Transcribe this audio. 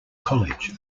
college